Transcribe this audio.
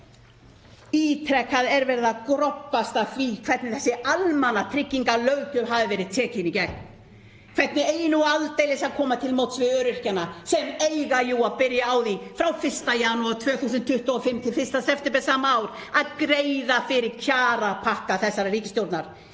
Ítrekað er verið að grobba sig af því hvernig þessi almannatryggingalöggjöf hafi verið tekin í gegn, hvernig eigi nú aldeilis að koma til móts við öryrkjana sem eiga jú að byrja á því frá 1. janúar 2025 til 1. september sama ár að greiða fyrir kjarapakka þessarar ríkisstjórnar;